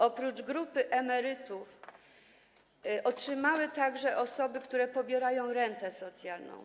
Oprócz grupy emerytów otrzymały ją także osoby, które pobierają rentę socjalną.